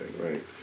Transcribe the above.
right